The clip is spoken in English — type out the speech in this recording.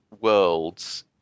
world's